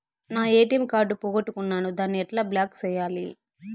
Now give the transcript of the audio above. నా ATM card పోగొట్టుకున్నాను, దాన్ని ఎట్లా బ్లాక్ సేయాలి?